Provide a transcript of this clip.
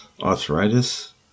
arthritis